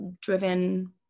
driven